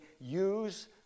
use